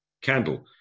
candle